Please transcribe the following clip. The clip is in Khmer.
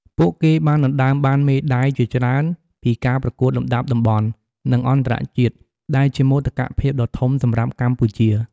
ពួកគេបានដណ្ដើមបានមេដាយជាច្រើនពីការប្រកួតលំដាប់តំបន់ និងអន្តរជាតិ ដែលជាមោទកភាពដ៏ធំសម្រាប់កម្ពុជា។